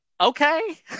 Okay